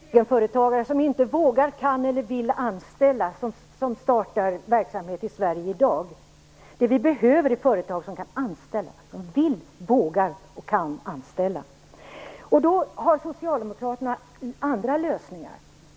Fru talman! Det är mest egenföretagare som inte vågar, kan eller vill anställa som startar verksamhet i Sverige i dag. Det vi behöver är företag som kan anställa, som vågar, kan och vill anställa. Men socialdemokraterna har andra lösningar.